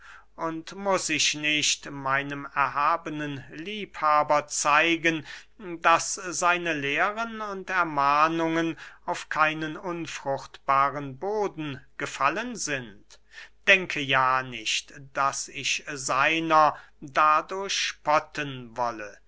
und muß ich nicht meinem erhabnen liebhaber zeigen daß seine lehren und ermahnungen auf keinen unfruchtbaren boden gefallen sind denke ja nicht daß ich seiner dadurch spotten wolle